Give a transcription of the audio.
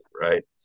Right